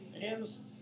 hands